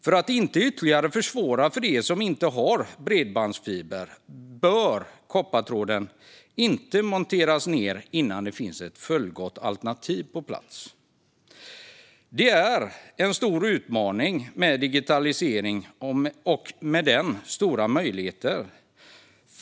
För att inte ytterligare försvåra för dem som inte har bredbandsfiber bör man inte montera ned koppartråden innan det finns ett fullgott alternativ på plats. Det är en stor utmaning med digitaliseringen och med den stora möjligheter.